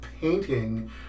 painting